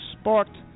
sparked